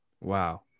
Wow